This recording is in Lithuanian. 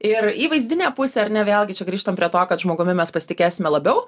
ir įvaizdinė pusė ar ne vėlgi čia grįžtam prie to kad žmogumi mes pasitikėsime labiau